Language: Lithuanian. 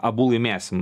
abu laimėsim